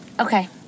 Okay